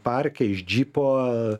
parke iš džipo